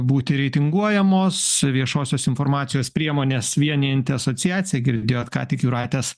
būti reitinguojamos viešosios informacijos priemones vienijanti asociacija girdėjot ką tik jūratės